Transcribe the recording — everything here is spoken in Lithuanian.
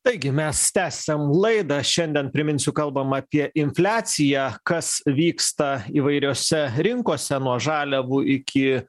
taigi mes tęsiam laidą šiandien priminsiu kalbam apie infliaciją kas vyksta įvairiose rinkose nuo žaliavų iki